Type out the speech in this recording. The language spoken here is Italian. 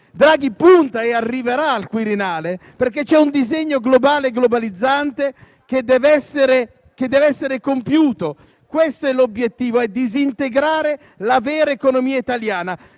Draghi punta e arriverà al Quirinale, perché c'è un disegno globale e globalizzante che deve essere compiuto. Questo è l'obiettivo: disintegrare la vera economia italiana.